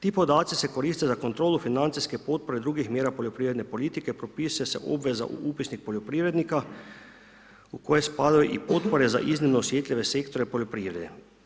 Ti podaci se koriste za kontrolu financijske potpore drugih mjera poljoprivredne politike propisuje se obveza u upisnik poljoprivrednika u koje spadaju i potpore za iznimno osjetljive sektore poljoprivrede.